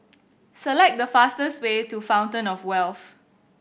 select the fastest way to Fountain Of Wealth